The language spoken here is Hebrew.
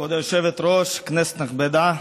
כבוד היושבת-ראש, כנסת נכבדה,